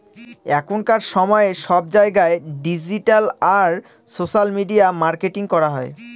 এখনকার সময়ে সব জায়গায় ডিজিটাল আর সোশ্যাল মিডিয়া মার্কেটিং করা হয়